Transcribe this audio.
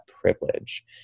privilege